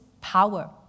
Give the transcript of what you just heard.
power